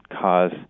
cause